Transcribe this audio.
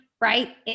right